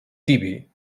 tibi